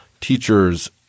teachers